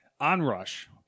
Onrush